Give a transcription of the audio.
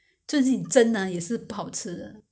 um 我是没有看到 eh